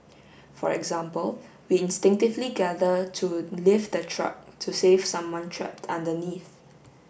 for example we instinctively gather to lift a truck to save someone trapped underneath